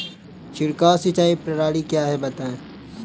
छिड़काव सिंचाई प्रणाली क्या है बताएँ?